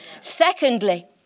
Secondly